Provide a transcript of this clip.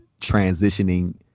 transitioning